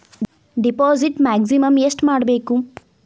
Deposit maximum ಎಷ್ಟು ಮಾಡಬೇಕು?